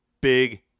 big